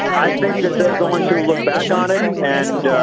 i think that they're going to look back on it and